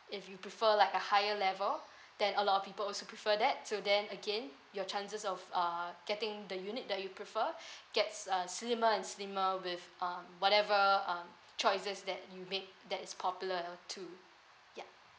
if you prefer like a higher level then a lot of people also prefer that so then again your chances of uh getting the unit that you prefer gets a slimmer and slimmer with um whatever um choices that you make that is popular to yup